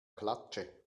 klatsche